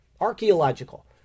Archaeological